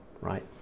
right